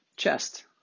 Chest